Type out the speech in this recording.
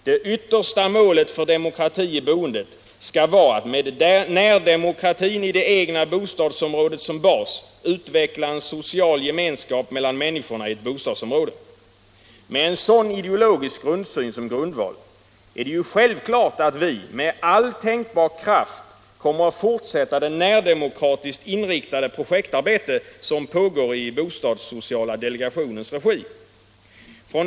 Det yttersta målet för demokrati i boendet skall vara att med närdemokratin i det egna bostadsområdet som bas utveckla en social gemenskap mellan människorna i ett bostadsområde. Med en sådan ideologisk grundsyn som grundval är det självklart att vi med all tänkbar kraft kommer att fortsätta det närdemokratiskt inriktade projektarbete som pågår i bostadssociala delegationens regi.